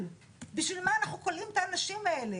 בשביל מה אנחנו כולאים את האנשים האלה?